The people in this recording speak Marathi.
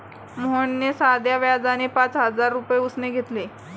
मोहनने साध्या व्याजाने पाच हजार रुपये उसने घेतले